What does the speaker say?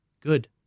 good